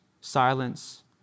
silence